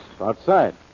outside